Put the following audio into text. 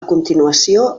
continuació